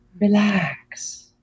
relax